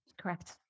Correct